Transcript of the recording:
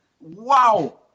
wow